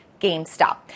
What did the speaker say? GameStop